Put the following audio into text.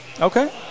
Okay